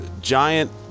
giant